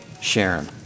Sharon